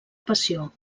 passió